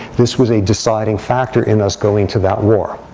this was a deciding factor in us going to that war.